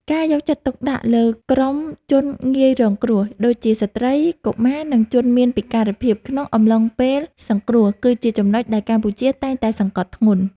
ការយកចិត្តទុកដាក់លើក្រុមជនងាយរងគ្រោះដូចជា ស្ត្រី កុមារ និងជនមានពិការភាពក្នុងអំឡុងពេលសង្គ្រោះ គឺជាចំណុចដែលកម្ពុជាតែងតែសង្កត់ធ្ងន់។